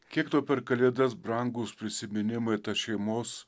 kiek tau per kalėdas brangūs prisiminimai šeimos